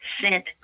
sent